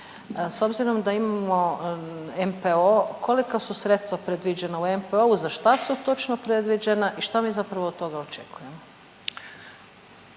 S obzirom da imamo NPOO kolika su sredstva predviđena u NPOO-u, za šta su točno predviđena i šta mi zapravo od toga očekujemo?